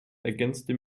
ergänzte